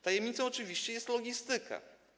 Tajemnicą oczywiście jest logistyka.